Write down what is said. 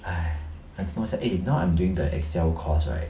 !haiya! 很 eh now I'm doing the excel course right